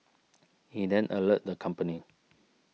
he then alerted the company